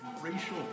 racial